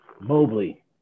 Mobley